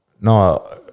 No